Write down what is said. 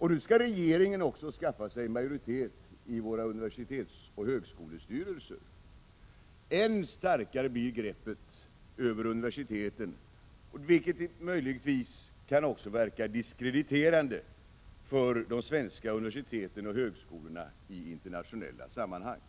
och nu skall regeringen också skaffa sig en majoritet i våra universitetsoch högskolestyrelser. Än starkare blir greppet över universiteten, vilket också möjligtvis kan verka diskrediterande för de svenska universiteten och högskolorna i internationella sammanhang.